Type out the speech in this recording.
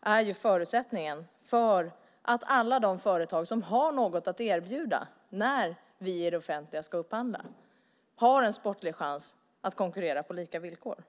är förutsättningen för att alla de företag som har något att erbjuda när vi i det offentliga ska upphandla ska ha en sportslig chans att konkurrera på lika villkor.